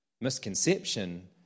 misconception